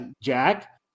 Jack